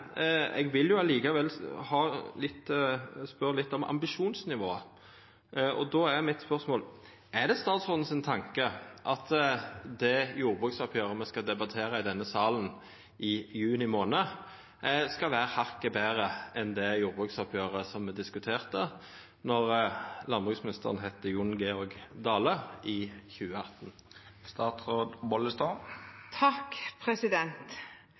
Eg forventar ikkje at statsråden vil seia noko om innhaldet i det, men eg vil likevel spørja litt om ambisjonsnivået. Då er spørsmålet mitt: Tenkjer statstråden at jordbruksoppgjeret me skal debattera i denne salen i juni månad, skal vera hakket betre enn det jordbruksoppgjeret me diskuterte i 2018, då landbruksministeren heitte Jon Georg Dale?